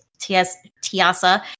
Tiasa